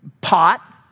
pot